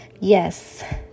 Yes